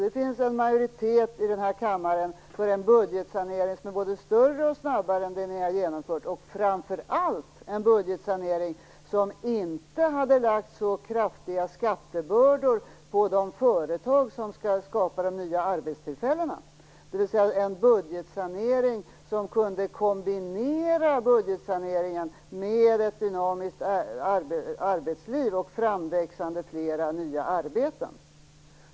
Det finns en majoritet i den här kammaren för en budgetsanering som är både större och snabbare än den ni har genomfört, framför allt en budgetsanering som inte hade lagt så kraftiga skattebördor på de företag som skall skapa de nya arbetstillfällena, dvs. kombinerade själva budgetsaneringen med ett dynamiskt arbetsliv och framväxt av fler nya arbeten.